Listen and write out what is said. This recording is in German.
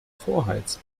vorheizen